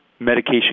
medication